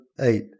eight